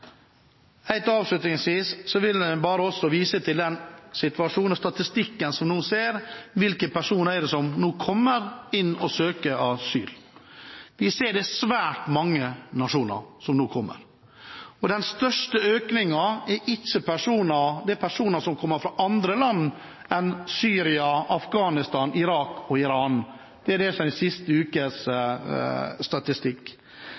avslutningsvis vil jeg vise til den situasjonen og den statistikken som vi nå ser: Hvilke personer er det som nå kommer og søker asyl? Vi ser at det er svært mange nasjoner som nå kommer. Den største økningen gjelder personer som kommer fra andre land enn Syria, Afghanistan, Irak og Iran. Det er det siste ukes statistikk